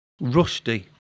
Rusty